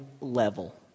level